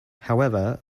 however